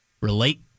relate